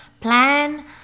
plan